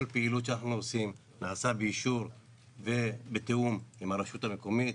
כל פעילות שאנחנו עושים נעשית באישור ובתיאום עם הרשות המקומית,